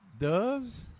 Doves